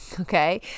Okay